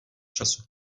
času